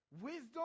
wisdom